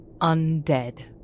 undead